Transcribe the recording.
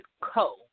Co